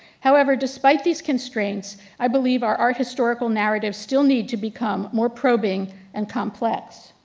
however despite these constraints i believe our art historical narrative still need to become more probing and complex.